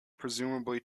presumably